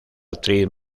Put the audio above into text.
actriz